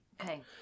Okay